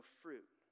fruit